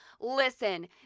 Listen